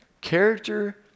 character